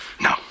No